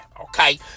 okay